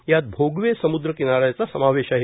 यात भोगवे सम्द्र किनाऱ्याचा समावेश आहे